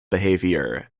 behaviour